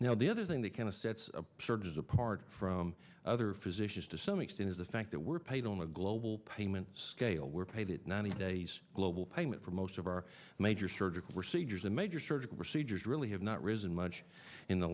now the other thing that kind of sets of searches apart from other physicians to some extent is the fact that we're paid on a global payment scale we're paid it ninety days global payment for most of our major surgical procedures and major surgical procedures really have not risen much in the